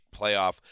playoff